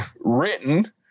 written